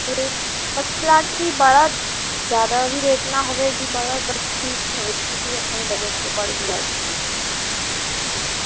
ਅਤੇ ਬਸ ਪਲਾਂਟ ਵੀ ਬਾਹਲਾ ਜ਼ਿਆਦਾ ਵੀ ਰੇਟ ਨਾ ਹੋਵੇ ਵੀ ਬਾਹਲਾ ਬਸ ਠੀਕ ਹੀ ਹੋਵੇ ਸਾਡੇ ਆਪਣੇ ਬਜਟ ਦੇ ਅਕੋਰਡਿੰਗ ਲੈ ਸਕੀਏ ਹਾਂਜੀ